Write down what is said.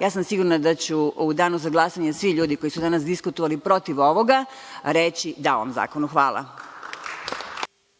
ja sam sigurna da ću u danu za glasanje, svi ljudi koji su danas diskutovali protiv ovoga reći da ovom zakonu. Hvala.